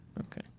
okay